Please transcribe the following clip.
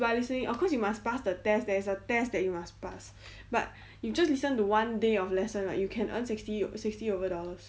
just by listening of course you must pass the test there is a test that you must pass but you just listen to one day of lesson ah you can earn sixty o~ sixty over dollars